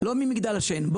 לא ממגדל השן.